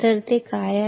तर ते काय आहे